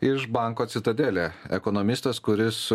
iš banko citadelė ekonomistas kuris